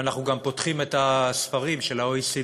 ואנחנו גם פותחים את הספרים של ה-OECD,